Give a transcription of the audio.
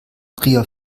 trier